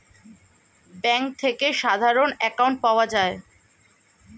bank থেকে সাধারণ account পাওয়া যায়